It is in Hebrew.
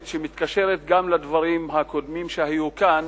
שמתקשרת גם לדברים הקודמים שהיו כאן